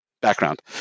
background